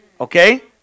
Okay